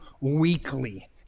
weekly